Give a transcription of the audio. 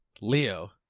Leo